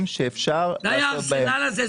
שיהיה אפשר --- די עם הארסנל הזה,